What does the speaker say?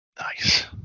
Nice